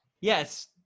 Yes